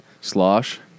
Slosh